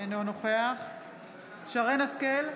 אינו נוכח שרן מרים השכל,